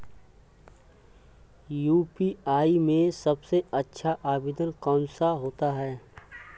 UPI में सबसे अच्छा आवेदन कौन सा होता है?